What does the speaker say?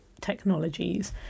technologies